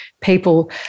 people